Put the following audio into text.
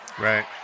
Right